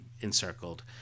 encircled